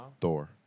Thor